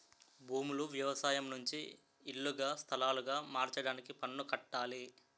భూములు వ్యవసాయం నుంచి ఇల్లుగా స్థలాలుగా మార్చడానికి పన్ను కట్టాలి